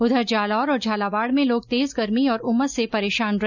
उधर जालौर और झालावाड़ में लोग तेज गर्मी और उमस से परेशान रहे